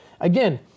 Again